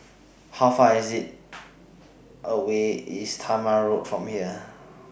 How Far IS IT away IS Talma Road from here